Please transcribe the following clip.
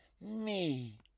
Me